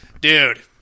Dude